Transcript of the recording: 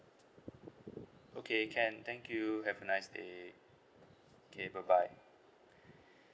okay can thank you have a nice day okay bye bye